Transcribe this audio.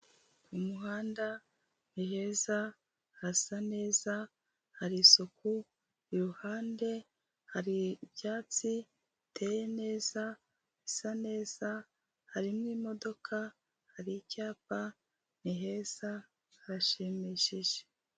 Ku muhanda ni heza, hasa neza, hari isuku, iruhande hari ibyatsi, biteye neza, bisa neza, harimo imodoka, hari icyapa, ni heza, harashimishije.